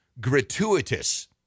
gratuitous